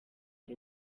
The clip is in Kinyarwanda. ari